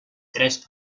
tres